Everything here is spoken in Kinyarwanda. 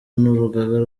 n’urugaga